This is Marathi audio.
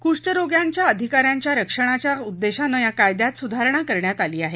कुष्ठरोग्यांच्या अधिका यांच्या रक्षणाच्या उद्देशानं या कायद्यात सुधारणा करण्यात आली आहे